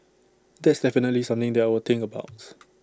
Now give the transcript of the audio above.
that's definitely something that I will think about